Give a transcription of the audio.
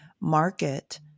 market